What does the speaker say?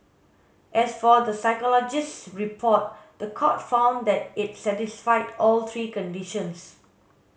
as for the psychologist's report the court found that it satisfied all three conditions